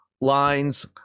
lines